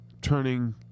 turning